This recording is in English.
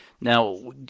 Now